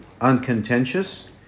uncontentious